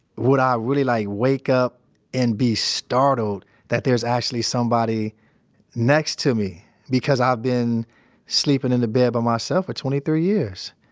would i really like wake up and be startled that there's actually somebody next to me because i've been sleeping in the bed by myself for twenty three years.